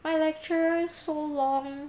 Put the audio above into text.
my lecture so long